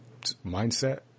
mindset